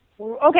okay